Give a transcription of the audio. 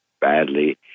badly